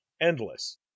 Endless